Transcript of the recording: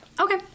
Okay